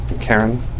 Karen